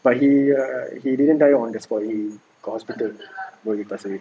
but he he he didn't die on the spot he go hospital before he pass away